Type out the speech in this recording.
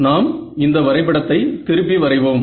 நாம் இந்த வரைபடத்தை திருப்பி வரைவோம்